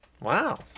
Wow